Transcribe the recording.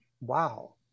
wow